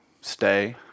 stay